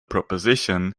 proposition